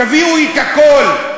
תביאו את הכול,